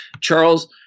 Charles